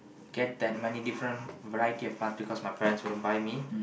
get that many different variety of plants because my parents wouldn't buy me